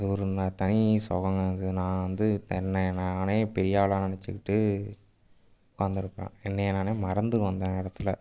அது ஒரு ந தனி சொகங்க அது நான் வந்து என்ன நானே பெரியாளாக நினச்சிக்கிட்டு உட்காந்துருப்பேன் என்னை நானே மறந்துடுவேன் அந்த நேரத்தில்